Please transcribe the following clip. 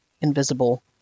invisible